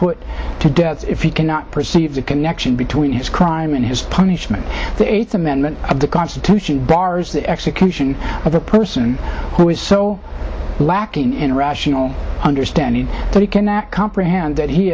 put to death if he cannot perceive the connection between his crime and his punishment the eighth amendment of the constitution bars the execution of a person who is so lacking in rational understanding that he cannot comprehend that he